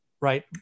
right